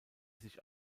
sich